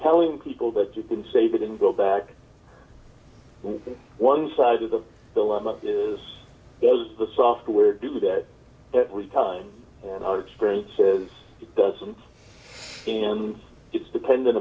telling people that you can save it and go back to one side of the dilemma is the software do that every time and our experience says it doesn't and it's dependent